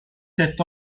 sept